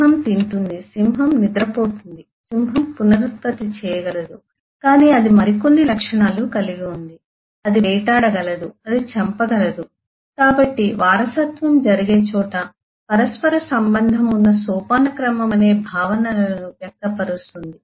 సింహం తింటుంది సింహం నిద్రపోతుంది సింహం పునరుత్పత్తి చేయగలదు కాని అది మరికొన్ని లక్షణాలు కలిగిఉంది అది వేటాడగలదు అది చంపగలదు కాబట్టి వారసత్వం జరిగే చోట పరస్పర సంబంధం ఉన్న సోపానక్రమం అనే భావనలను వ్యక్తపరుస్తుంది